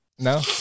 No